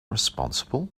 responsible